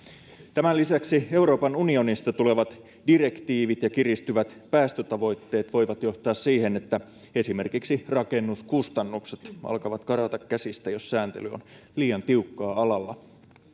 tämän lisäksi euroopan unionista tulevat direktiivit ja kiristyvät päästötavoitteet voivat johtaa siihen että esimerkiksi rakennuskustannukset alkavat karata käsistä jos sääntely on liian tiukkaa alalla